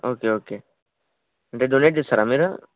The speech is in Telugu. ఓకే ఒకే అంటే డొనేట్ చేస్తారా మీరు